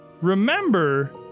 remember